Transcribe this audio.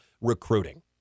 recruiting